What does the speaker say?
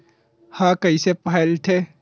ह कइसे फैलथे?